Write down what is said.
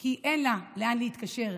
כי אין לה לאן להתקשר,